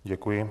Děkuji.